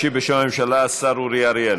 ישיב בשם הממשלה השר אורי אריאל.